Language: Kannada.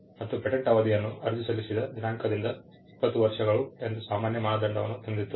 ಮತ್ತು ಪೇಟೆಂಟ್ ಅವಧಿಯನ್ನು ಅರ್ಜಿ ಸಲ್ಲಿಸಿದ ದಿನಾಂಕದಿಂದ 20 ವರ್ಷಗಳು ಎಂದು ಸಾಮಾನ್ಯ ಮಾನದಂಡವನ್ನು ತಂದಿತು